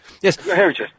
Yes